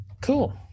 Cool